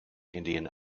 indian